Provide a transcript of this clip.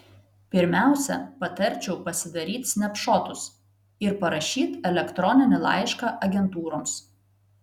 pirmiausia patarčiau pasidaryt snepšotus ir parašyt elektroninį laišką agentūroms